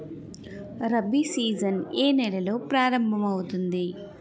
Rabi season ఏ నెలలో ప్రారంభమౌతుంది?